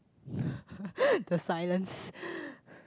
the silence